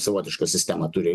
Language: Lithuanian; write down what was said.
savotišką sistemą turi